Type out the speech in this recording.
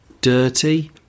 dirty